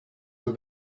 will